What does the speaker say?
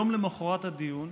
יום למוחרת הדיון,